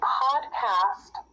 podcast